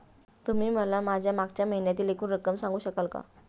तुम्ही मला माझ्या मागच्या महिन्यातील एकूण रक्कम सांगू शकाल का?